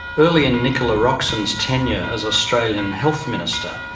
early in nicola roxon's tenure as australian health minister,